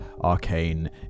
arcane